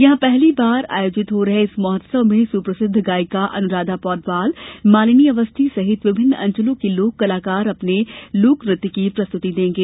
यहां पहली बार आयोजित हो रहे इस महोत्सव में सुप्रसिद्ध गायिका अनुराधा पौडवाल मालिनी अवस्थी सहित विभिन्न अंचलों के लोक कलाकार अपने लोकनृत्य की प्रस्तुति देंगे